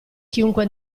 chiunque